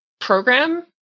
program